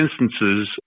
instances